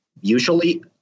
usually